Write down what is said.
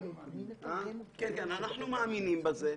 אנחנו מאמינים בזה.